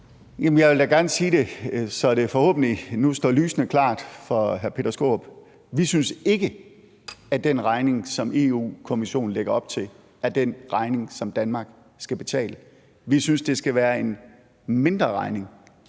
jeg vil da gerne sige det, så det forhåbentlig nu står lysende klart for hr. Peter Skaarup: Vi synes ikke, at den regning, som Europa-Kommissionen lægger op til, er den regning, som Danmark skal betale. Vi synes, det skal være en mindre regning,